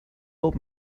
old